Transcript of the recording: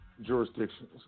Jurisdictions